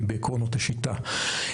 היא בעקרונות השיטה.